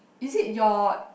is it your